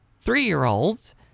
three-year-olds